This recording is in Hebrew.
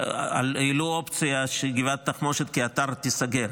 והעלו אופציה שגבעת התחמושת כאתר תיסגר,